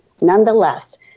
Nonetheless